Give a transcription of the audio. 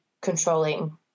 controlling